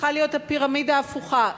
הפירמידה צריכה להיות הפוכה,